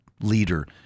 leader